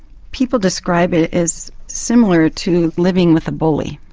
people describe it as similar to living with a bully,